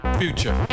future